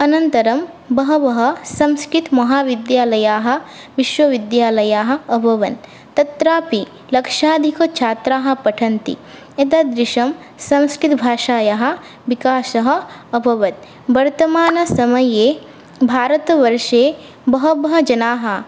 अनन्तरं बहवः संस्कृत महाविद्यालयाः विश्वविद्यालयाः अभवन् तत्रापि लक्षाधिकछात्राः पठन्ति एतादृशं संस्कृतभाषायाः विकासः अभवत् वर्तमानसमये भारतवर्षे बहवः जनाः